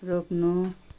रोक्नु